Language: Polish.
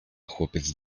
chłopiec